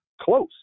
close